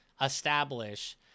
establish